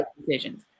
decisions